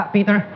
Peter